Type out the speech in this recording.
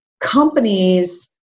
companies